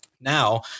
now